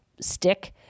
stick